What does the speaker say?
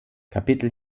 kapitel